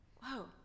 Whoa